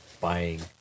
buying